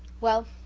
well,